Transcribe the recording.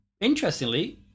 Interestingly